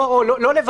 כל מילה בסלע.